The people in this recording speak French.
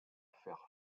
faire